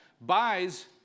buys